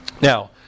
Now